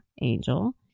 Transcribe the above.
Angel